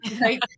Right